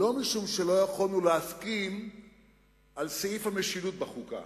לא משום שלא יכולנו להסכים על סעיף המשילות בחוקה.